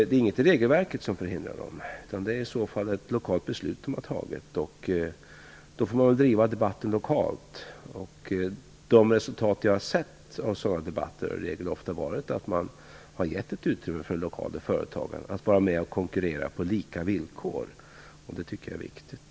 Det är ingenting i regelverket som hindrar dem, utan det är i så fall om ett lokalt beslut som har fattats. Debatten får då drivas lokalt. De resultat som jag har sett av sådana debatter har ofta varit att man gett ett utrymme för de lokala företagen att vara med och konkurrera på lika villkor, och det tycker jag är viktigt.